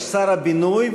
יש שר הבינוי,